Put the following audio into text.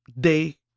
Day